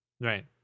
Right